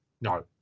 No